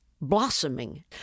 blossoming